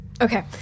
Okay